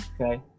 Okay